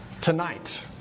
tonight